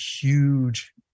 huge